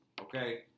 Okay